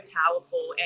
powerful